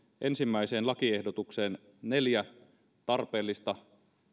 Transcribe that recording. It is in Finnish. ensimmäiseen lakiehdotukseen neljä tarpeellista